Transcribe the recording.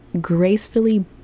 gracefully